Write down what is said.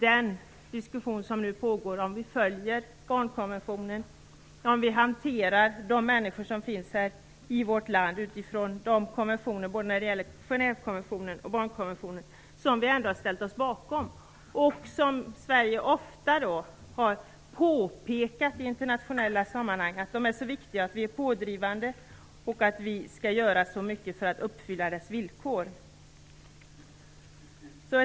Den diskussion som nu pågår handlar i stället om huruvida vi följer barnkonventionen och om vi hanterar de människor som finns i vårt land utifrån Genèvekonventionen och barnkonventionen, som vi ändå har ställt oss bakom. Sverige har i internationella sammanhang ofta påpekat att de är så viktiga. Sverige är också pådrivande och har sagt sig vilja göra så mycket för att uppfylla villkoren i konventionerna.